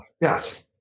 Yes